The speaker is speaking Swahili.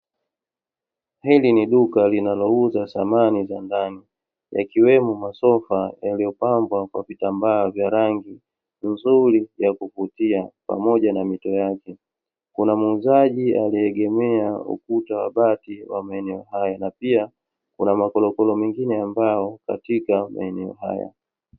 Hili ni duka linalouza samani za ndani, yakiwemo masofa yaliyopambwa kwa vitambaa vya rangi nzuri ya kuvutia, pamoja na mito yake. Kuna muuzaji aliyeegemea ukuta wa bati wa maeneo hayo. Na pia kuna mokorokoro mengine ya mbao katika maeneo haya.